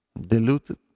diluted